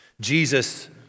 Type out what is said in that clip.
Jesus